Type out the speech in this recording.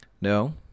No